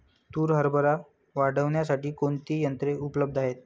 तूर हरभरा काढण्यासाठी कोणती यंत्रे उपलब्ध आहेत?